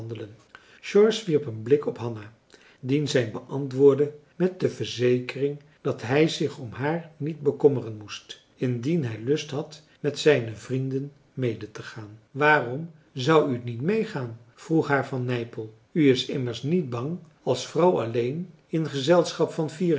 george wierp een blik op hanna dien zij beantwoordde met de verzekering dat hij zich om haar niet bekommeren moest indien hij lust had met zijne vrienden medetegaan waarom zou u niet meegaan vroeg haar van nypel u is immers niet bang als vrouw alleen in gezelschap van